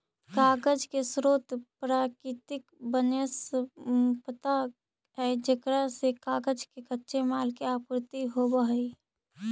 कागज के स्रोत प्राकृतिक वन्यसम्पदा है जेकरा से कागज के कच्चे माल के आपूर्ति होवऽ हई